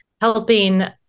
helping